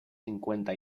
cincuenta